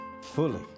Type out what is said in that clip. fully